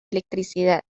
electricidad